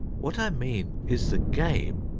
what i mean is the game,